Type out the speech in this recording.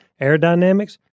aerodynamics